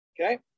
Okay